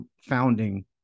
founding